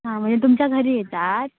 हां म्हणजे तुमच्या घरी येतात